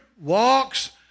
walks